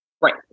right